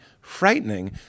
frightening